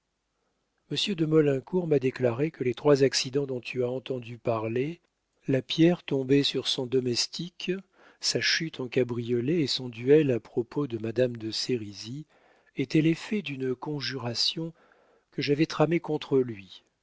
monsieur de maulincour m'a déclaré que les trois accidents dont tu as entendu parler la pierre tombée sur son domestique sa chute en cabriolet et son duel à propos de madame de sérizy étaient l'effet d'une conjuration que j'avais tramée contre lui